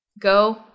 go